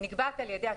היא נקבעת על ידי השוק.